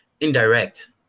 indirect